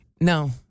No